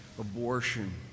abortion